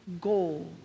goal